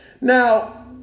Now